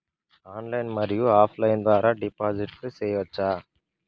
Online మరియు offline ద్వారా డిపాజిట్లు సేయొచ్చా?